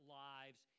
lives